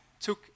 took